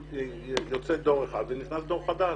יוצא דור אחד ונכנס דור חדש.